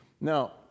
Now